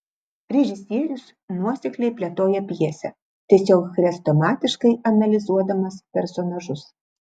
režisierius nuosekliai plėtoja pjesę tiesiog chrestomatiškai analizuodamas personažus